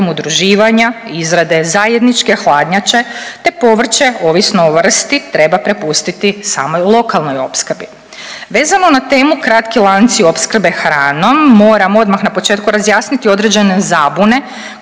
udruživanja i izrade zajedničke hladnjače te povrće ovisno o vrsti treba prepustiti samoj lokalnoj opskrbi. Vezano na temu kratki lanci opskrbe hranom, moram odmah na početku razjasniti određene zabune